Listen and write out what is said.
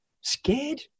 scared